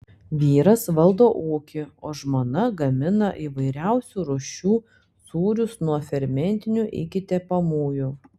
vyras valdo ūkį o žmona gamina įvairiausių rūšių sūrius nuo fermentinių iki tepamųjų